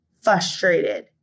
frustrated